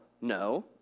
No